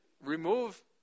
remove